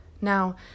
Now